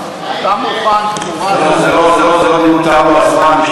אתה מוכן תמורת, זה לא מותאם לזמן.